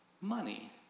money